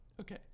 Okay